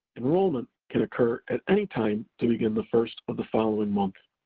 enrollment can occur at any time to begin the first of the following month.